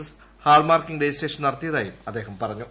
S hallmarking registration നടത്തിയതായും അദ്ദേഹം പറഞ്ഞു